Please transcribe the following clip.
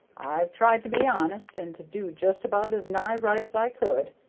i've tried to be honest, and to do just about as nigh right as i could,